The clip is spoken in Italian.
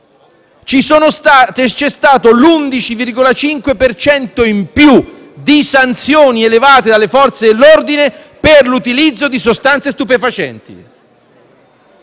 c'è stato l'11,5 per cento in più di sanzioni elevate dalle Forze dell'ordine per l'utilizzo di sostanze stupefacenti.